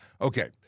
Okay